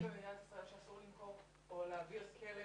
חוק במדינת ישראל שאסור למכור או להעביר כלב